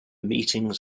meetings